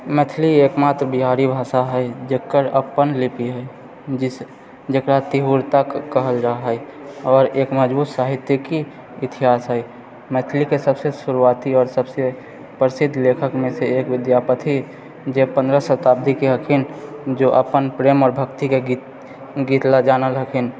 मैथिली एक मात्र बिहारी भाषा हइ जेकर अपन लिपी हइ जिसे जेकरा तिरुहता कहल जा हइ आओर एक मजबूत साहित्यिकी इतिहास हइ मैथिलीके सबसँ शुरूआती आओर सबसँ प्रसिद्ध लेखकमेसँ एक विद्यापति जे पन्द्रह शताब्दीके रहथिन जे अपन प्रेम आओर भक्तिके गीत गीत लऽ जानल रहथिन